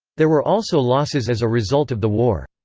there were also losses as a result of the war.